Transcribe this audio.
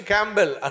Campbell